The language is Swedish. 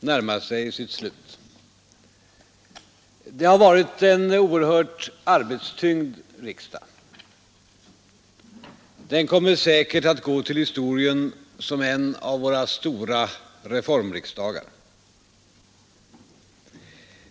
närmar sig sitt slut. Det har varit en oerhört arbetstyngd riksdag. Den kommer säkert att gå till historien som en av våra stora reformriksdagar.